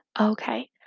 Okay